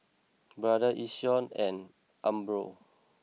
Brother Yishion and Umbro